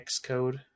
Xcode